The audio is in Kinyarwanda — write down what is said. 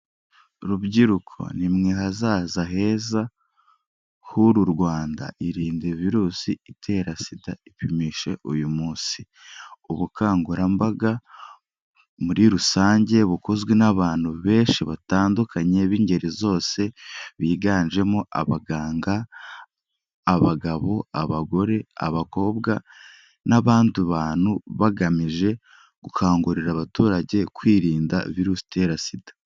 Rubyiruko ni mwe hazaza heza h'uru Rwanda, irinde virusi itera Sida ipimishe uyu munsi. Ubukangurambaga muri rusange bukozwe n'abantu benshi batandukanye b'ingeri zose biganjemo abaganga, abagabo, abagore, abakobwa n'abandi bantu bagamije gukangurira abaturage kwirinda virusi itera Sida.